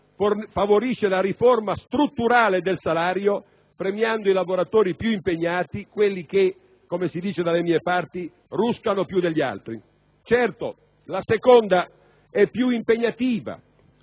favorisce la riforma strutturale del salario, premiando i lavoratori più impegnati, quelli che - come si dice dalle mie parti - «ruscano» più degli altri. Certo, la seconda è più impegnativa,